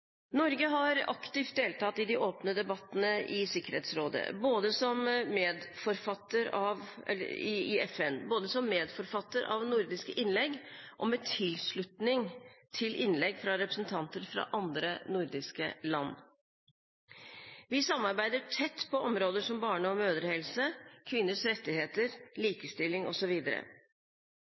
Norge har aktivt deltatt i de åpne debattene i FN, både som medforfatter av nordiske innlegg og med tilslutning til innlegg fra representanter fra andre nordiske land. Vi samarbeider tett på områder som barne- og mødrehelse, kvinners rettigheter, likestilling